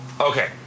Okay